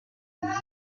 нэгэн